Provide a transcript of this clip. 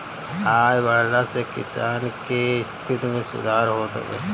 आय बढ़ला से किसान के स्थिति में सुधार होत हवे